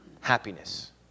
happiness